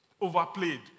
Overplayed